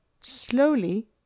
slowly